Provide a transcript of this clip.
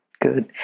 good